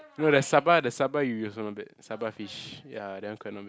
no that Saba the Saba 鱼:Yu also not bad Saba fish ya that one quite not bad